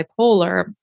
bipolar